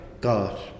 God